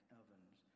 ovens